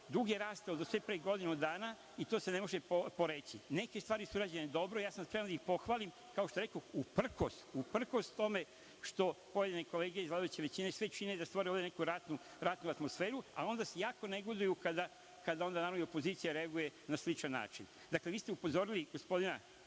dug je rastao do pre godinu dana i to se ne može poreći. Neke stvari su urađene dobro, spreman sam da ih pohvalim, kao što rekoh, uprkos tome što pojedine kolege iz vladajuće većine sve čine da ovde stvore neku ratnu atmosferu, a onda jako negoduju kada opozicija reaguje na sličan način. Vi ste upozorili gospodina